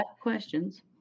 questions